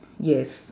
yes